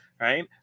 right